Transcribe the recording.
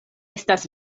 estas